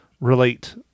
relate